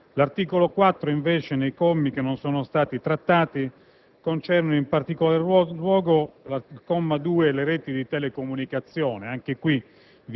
L'articolo 4, nei commi che non sono stati trattati, concerne, in particolare al comma 2, le reti di telecomunicazione.